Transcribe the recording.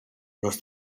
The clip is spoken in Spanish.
los